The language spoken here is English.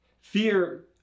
Fear